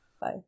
bye